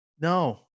No